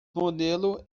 modelo